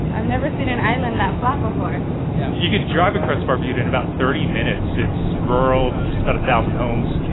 i've never seen an island that flat before yeah. you could jog across barbuda in about thirty minutes. it's rural, just about a thousand homes,